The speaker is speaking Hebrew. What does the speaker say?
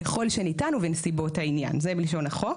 ככל שניתן ובנסיבות העניין - זה בלשון החוק.